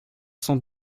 cent